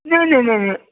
नहि नहि नहि नहि